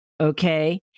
okay